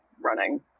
running